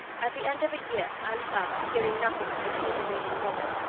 at the end of a year ali baba, hearing nothing of the two remaining robbers,